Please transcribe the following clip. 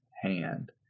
hand